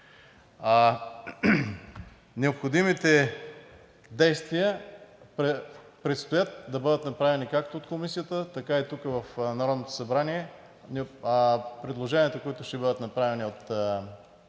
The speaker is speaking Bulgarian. Необходимите действия предстоят – както от Комисията, така и тук в Народното събрание. Предложенията, които ще бъдат направени от